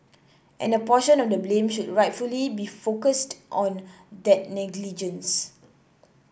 and a portion of the blame should rightly be focused on that negligence